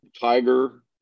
Tiger